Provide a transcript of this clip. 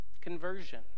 conversion